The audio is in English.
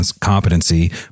competency